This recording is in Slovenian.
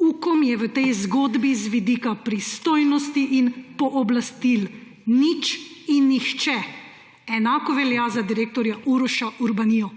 Ukom je v tej zgodbi z vidika pristojnosti in pooblastil nič in nihče. Enako velja za direktorja Uroša Urbanijo.